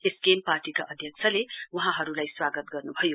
SKM पार्टीका अध्यक्षले वहाँहरुलाई स्वागत गर्नुभयो